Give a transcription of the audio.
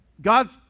God